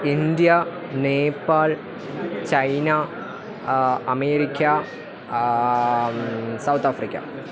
India Nepal China America South Africa